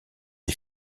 des